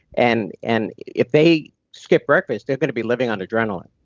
and and if they skip breakfast they're going to be living on adrenaline.